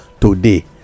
today